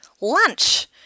lunch